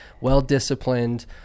well-disciplined